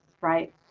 right